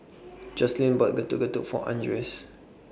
Jocelyn bought Getuk Getuk For Andres